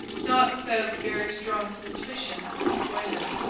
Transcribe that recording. not without very strong suspicions of poison.